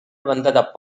வந்த